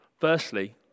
Firstly